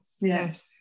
yes